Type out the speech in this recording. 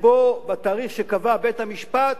שבו בתאריך שקבע בית-המשפט